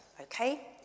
okay